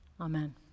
Amen